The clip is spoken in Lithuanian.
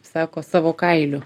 sako savo kailiu